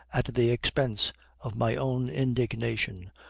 at the expense of my own indignation,